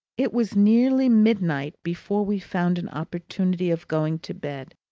it was nearly midnight before we found an opportunity of going to bed,